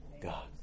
God